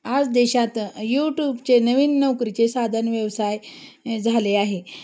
आज देशात यूट्यूबचे नवीन नोकरीचे साधन व्यवसाय झाले आहे